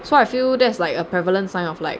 so I feel that's like a prevalent sign of like